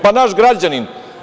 Pa, naš građanin.